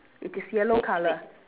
it is yellow colour